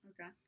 Okay